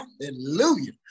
Hallelujah